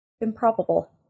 improbable